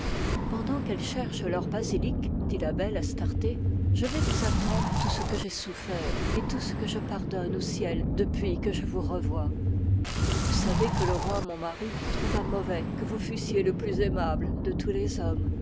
pendant qu'elles cherchent leur basilic dit la belle astarté je vais vous apprendre tout ce que j'ai souffert et tout ce que je pardonne au ciel depuis que je vous revois vous savez que le roi mon mari trouva mauvais que vous fussiez le plus aimable de tous les hommes